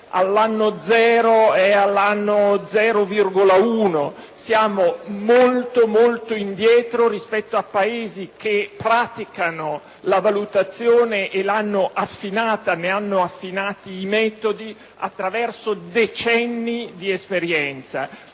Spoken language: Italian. all'anno zero, è all'anno 0,1: siamo molto, molto indietro rispetto a Paesi che praticano la valutazione e ne hanno affinato i metodi attraverso decenni di esperienza.